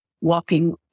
walking